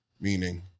Meaning